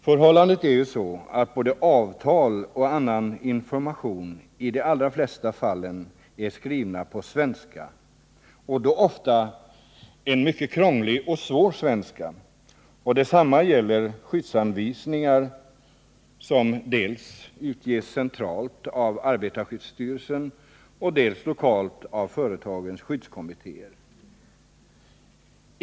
Förhållandet är ju det att både avtal och annan information i de allra flesta fall är skrivna på svenska — och då ofta på en mycket krånglig och svår svenska. Detsamma gäller skyddsanvisningar, som utges dels centralt av arbetarskyddsstyrelsen, dels lokalt av företagens skyddskommittéer.